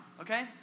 okay